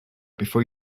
before